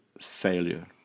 failure